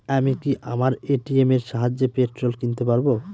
আমি কি আমার এ.টি.এম এর সাহায্যে পেট্রোল কিনতে পারব?